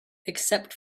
except